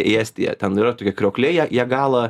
į estiją ten yra tokie krokliai jegala